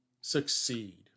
succeed